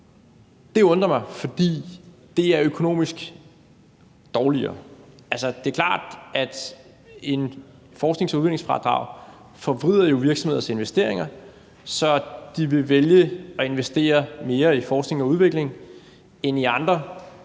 Det undrer mig, fordi det er økonomisk dårligere. Altså, det er klart, at et forsknings- og udviklingsfradrag jo forvrider virksomheders investeringer, så de vil vælge at investere mere i forskning og udvikling end i andre